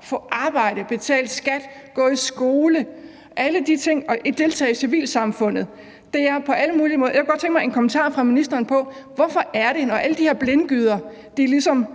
få arbejde, betale skat, gå i skole, deltage i civilsamfundet – alle de ting. Jeg kunne godt tænke mig en kommentar fra ministeren om, hvorfor det er, når alle de her blindgyder ligesom